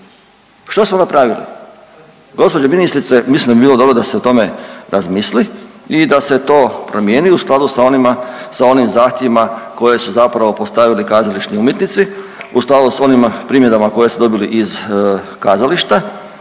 Što smo napravili? Gospođo ministrice mislim da bi bilo dobro da se o tome razmisli i da se to promijeni u skladu sa onim zahtjevima koje su zapravo postavili kazališni umjetnici u skladu s onim primjedbama koje ste dobili iz kazališta